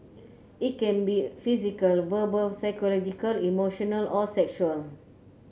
it can be physical verbal psychological emotional or sexual